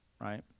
right